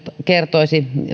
kertoisi